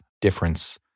difference